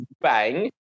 bang